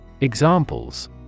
Examples